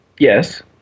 Yes